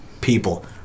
people